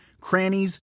crannies